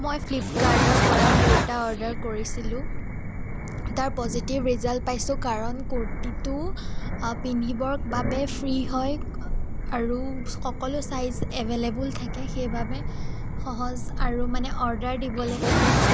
মই ফ্লিপকাৰ্টৰ পৰা কুৰ্টা অৰ্ডাৰ কৰিছিলোঁ তাৰ পজিটিভ ৰিজাল্ট পাইছোঁ কাৰণ কুৰ্টিটো আ পিন্ধিবৰ বাবে ফ্ৰী হয় আৰু সকলো ছাইজ এভেইলেবল থাকে সেইবাবে সহজ আৰু মানে অৰ্ডাৰ দিবলৈ ভাল